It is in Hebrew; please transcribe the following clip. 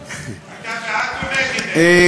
אתה בעד או נגד, איתן?